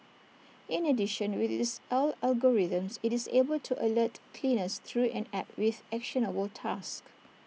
in addition with its AI algorithms IT is able to alert cleaners through an app with actionable tasks